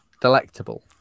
delectable